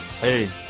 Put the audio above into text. Hey